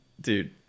dude